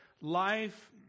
life